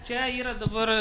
čia yra dabar